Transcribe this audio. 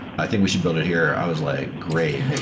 i think we should build it here. i was like, great!